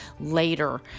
later